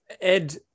Ed